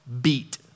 beat